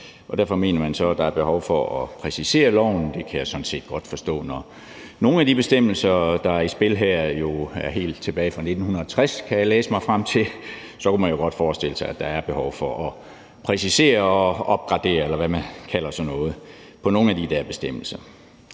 derfor mener man så, at der er behov for at præcisere loven, og det kan jeg sådan set godt forstå. Når nogle af de bestemmelser, der er i spil her, jo er helt tilbage fra 1960, kan jeg læse mig frem til, kunne man jo godt forestille sig, at der er behov for at præcisere og opgradere, eller hvad man kalder